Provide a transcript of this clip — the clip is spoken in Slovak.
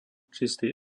čistý